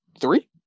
three